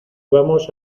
vamos